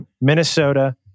Minnesota